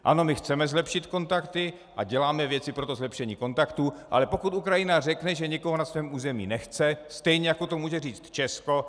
Ano, my chceme zlepšit kontakty a děláme věci pro to zlepšení kontaktů, ale pokud Ukrajina řekne, že někoho na svém území nechce, stejně jako to může říct Česko.